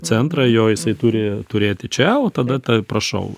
centrą jo jisai turi turėti čia o tada ta prašau